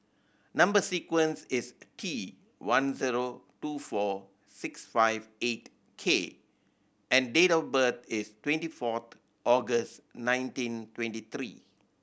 number sequence is T one zero two four six five eight K and date of birth is twenty fourth August nineteen twenty three